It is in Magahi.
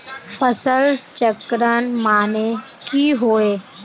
फसल चक्रण माने की होय?